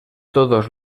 todos